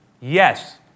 Yes